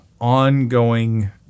ongoing